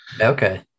Okay